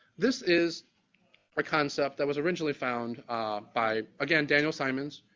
this is a concept that was originally found by, again, daniel simons